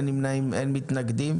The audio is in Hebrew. אין נמנעים, אין מתנגדים.